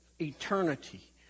eternity